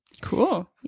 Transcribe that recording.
Cool